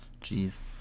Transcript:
Jeez